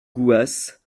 gouas